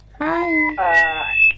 Hi